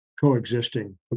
coexisting